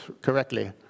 correctly